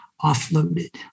offloaded